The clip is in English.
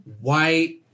white